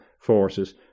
forces